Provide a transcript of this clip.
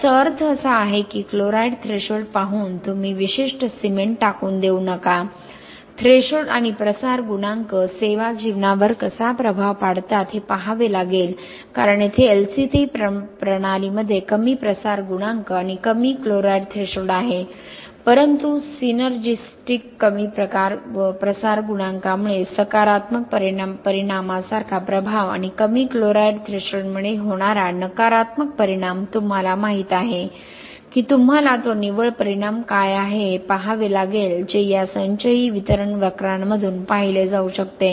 याचा अर्थ असा आहे की क्लोराईड थ्रेशोल्ड पाहून तुम्ही विशिष्ट सिमेंट टाकून देऊ नका थ्रेशोल्ड आणि प्रसार गुणांक सेवा जीवनावर कसा प्रभाव पाडतात हे पहावे लागेल कारण येथे LC3 प्रणालीमध्ये कमी प्रसार गुणांक आणि कमी क्लोराईड थ्रेशोल्ड आहे परंतु सिनर्जीस्टिक कमी प्रसार गुणांकामुळे सकारात्मक परिणामासारखा प्रभाव आणि कमी क्लोराईड थ्रेशोल्डमुळे होणारा नकारात्मक परिणाम तुम्हाला माहित आहे की तुम्हाला तो निव्वळ परिणाम काय आहे हे पहावे लागेल जे या संचयी वितरण वक्रांमधून पाहिले जाऊ शकते